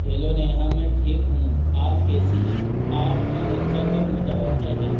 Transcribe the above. hello Neha میں ٹھیک ہوں آپ کیسی ہیں آپ کا بچہ کب متوقع ہے